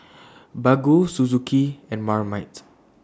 Baggu Suzuki and Marmite